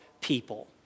people